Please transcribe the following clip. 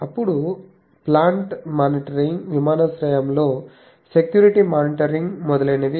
అప్పుడు plant monitoring విమానాశ్రయంలో security monitoring మొదలైనవి